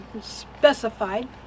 specified